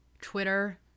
twitter